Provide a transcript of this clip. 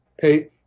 pay